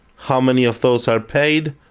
how many of those are paid,